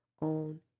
on